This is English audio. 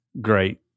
great